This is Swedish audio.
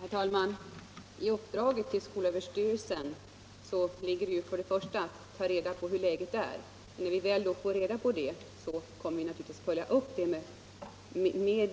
Herr talman! I uppdraget till skolöverstyrelsen ligger i första hand att ta reda på hur läget är. När vi väl får reda på det kommer vi naturligtvis att följa upp med